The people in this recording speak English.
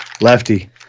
Lefty